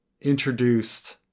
introduced